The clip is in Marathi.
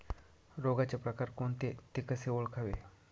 रोगाचे प्रकार कोणते? ते कसे ओळखावे?